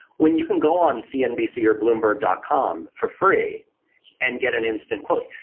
when you can go on cnbc or bloomberg dot com for free and get an instant quote.